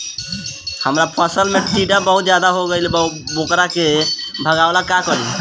हमरा फसल में टिड्डा बहुत ज्यादा हो गइल बा वोकरा के भागावेला का करी?